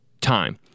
time